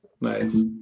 Nice